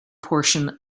portion